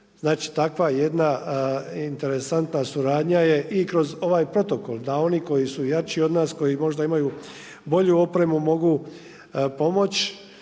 Znači takva jedna interesantna suradnja je i kroz ovaj protokol, da oni koji su jači od nas, koji možda imaju bolju opremu mogu pomoći.